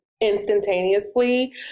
instantaneously